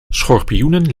schorpioenen